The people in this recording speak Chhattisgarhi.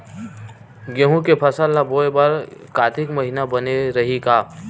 गेहूं के फसल ल बोय बर कातिक महिना बने रहि का?